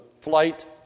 flight